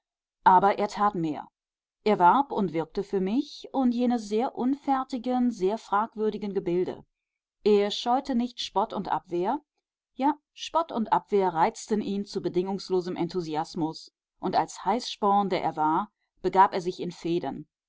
aber er tat mehr er warb und wirkte für mich und jene sehr unfertigen sehr fragwürdigen gebilde er scheute nicht spott und abwehr ja spott und abwehr reizten ihn zu bedingungslosem enthusiasmus und als heißsporn der er war begab er sich in